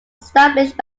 established